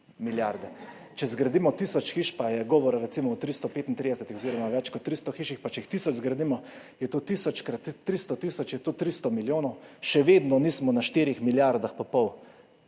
milijarde. Če zgradimo tisoč hiš, govora je recimo o 335 oziroma več kot 300 hišah, pa če jih tisoč zgradimo, je to tisoč krat 300 tisoč, je to 300 milijonov – še vedno nismo na štirih milijardah pa pol.